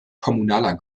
kommunaler